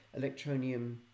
Electronium